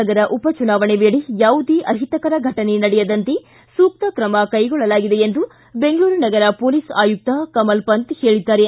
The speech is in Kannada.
ನಗರ ಉಪಚುನಾವಣೆ ವೇಳೆ ಯಾವುದೇ ಅಹಿತಕರ ಘಟನೆ ನಡೆಯದಂತೆ ಸೂಕ್ತ ಕ್ರಮ ಕೈಗೊಳ್ಳಲಾಗಿದೆ ಎಂದು ಬೆಂಗಳೂರು ನಗರ ಪೊಲೀಸ್ ಆಯುಕ್ತ ಕಮಲ್ ಪಂತ್ ಹೇಳಿದ್ದಾರೆ